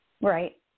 Right